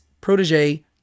protege